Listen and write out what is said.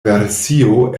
versio